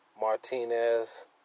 Martinez